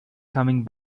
coming